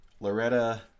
Loretta